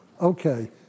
Okay